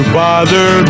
bother